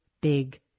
big